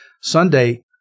Sunday